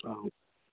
অঁ